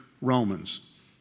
Romans